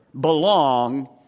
belong